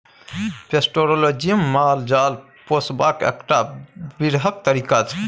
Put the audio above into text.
pastoralism माल जाल पोसबाक एकटा बृहत तरीका छै